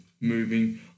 moving